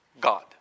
God